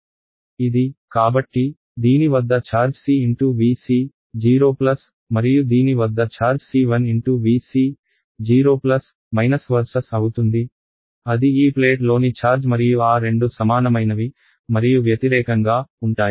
ఇది కాబట్టి దీని వద్ద ఛార్జ్ C × V c 0 మరియు దీని వద్ద charge C 1 × V c0 Vs అవుతుంది అది ఈ ప్లేట్లోని ఛార్జ్ మరియు ఆ రెండు సమానమైనవి మరియు వ్యతిరేకంగా ఉంటాయి